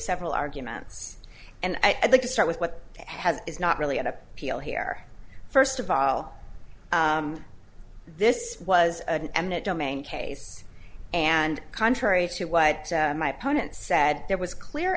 several arguments and i'd like to start with what has is not really an appeal here first of all this was an eminent domain case and contrary to what my opponent said there was clear